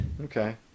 Okay